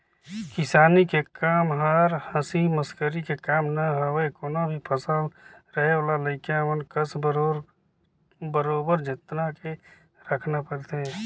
किसानी के कम हर हंसी मसकरी के काम न हवे कोनो भी फसल रहें ओला लइका मन कस बरोबर जेतना के राखना परथे